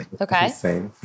Okay